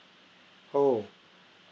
oh